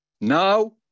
Now